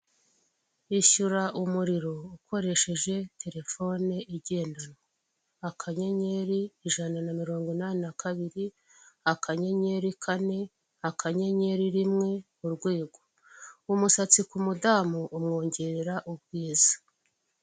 Ishyura umuriro ukoresheje terefone igendanwa, akanyenyeri ijana na mirongo inani na kabiri akanyenyeri kane akanyenyeri rimwe urwego. Umusatsi ku mudamu umwongerera ubwiza.